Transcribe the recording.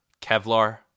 Kevlar